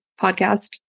podcast